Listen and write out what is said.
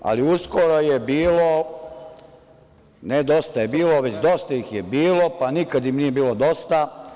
Ali uskoro je bilo ne Dosta je bilo, već dosta ih je bilo, pa nikad im nije bilo dosta.